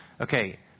Okay